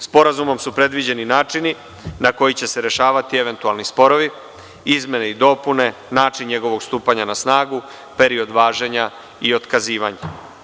Sporazumom su predviđeni načini na koji će se rešavati eventualni sporovi, izmene i dopune, način njegovog stupanja na snagu, period važenja i otkazivanja.